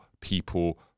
people